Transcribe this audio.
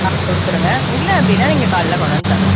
வந்து கொடுத்துடுங்க இல்லை அப்படின்னா நீங்கள் காலையில் கொண்டாந்து தரலாம்